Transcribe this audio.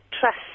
trust